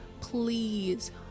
Please